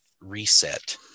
reset